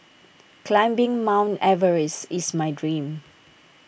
climbing mount Everest is my dream